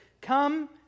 Come